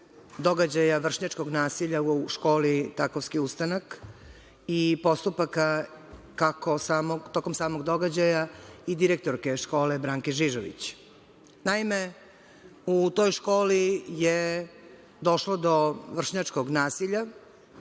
događaja vršnjačkom nasilja u školi ''Takovski ustanak'' i postupak, kako tokom samog događaja i direktorke škole Branke Žižović. Naime, u toj školi je došlo do vršačkog nasilja,